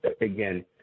again